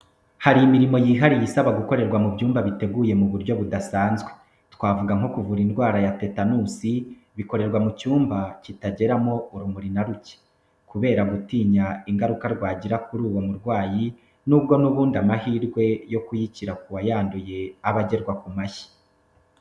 Hari imirimo yihariye isaba gukorerwa mu byumba biteguye mu buryo budasanzwe, twavuga nko kuvura indwara ya tetanusi, bikorerwa mu cyumba kitageramo urumuri na ruke, kubera gutinya ingaruka rwagira kuri uwo murwayi nubwo n'ubundi amahirwe yo kuyikira ku wayanduye aba agerwa ku mashyi.